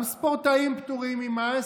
גם ספורטאים פטורים ממס,